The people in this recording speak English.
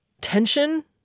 tension